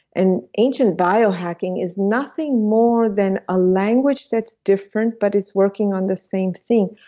and ancient biohacking is nothing more than a language that's different but it's working on the same thing.